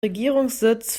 regierungssitz